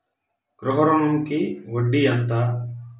గృహ ఋణంకి వడ్డీ ఎంత?